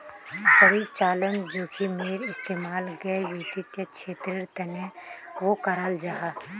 परिचालन जोखिमेर इस्तेमाल गैर वित्तिय क्षेत्रेर तनेओ कराल जाहा